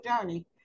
journey